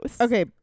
Okay